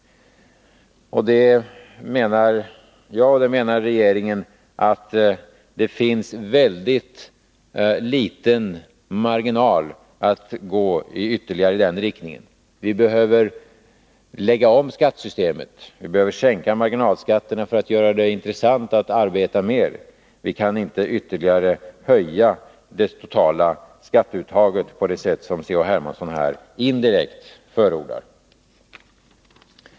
Regeringen menar att det finns mycket liten marginal för att gå vidare i den riktningen. Vi behöver i stället lägga om skattesystemet, sänka marginalskatterna för att göra det intressant att arbeta mer. Vi kan inte ytterligare öka det totala skatteuttaget på det sätt som C.-H. Hermansson här indirekt förordar.